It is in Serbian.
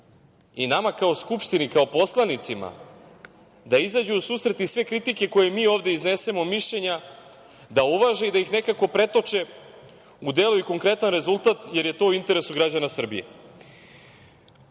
i nama kao Skupštini, kao poslanicima da izađu u susret i sve kritike koje mi ovde iznesemo, mišljenja, da uvaže i da ih nekako pretoče u dela i konkretan rezultat, jer je to u interesu građana Srbije. Kada